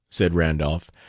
said randolph,